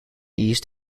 east